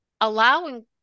allowing